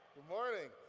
morning.